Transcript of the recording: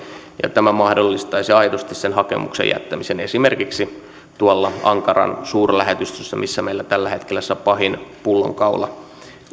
tämä mahdollistaisi aidosti sen hakemuksen jättämisen esimerkiksi tuolla ankaran suurlähetystössä missä meillä tällä hetkellä se pahin pullonkaula